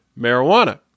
marijuana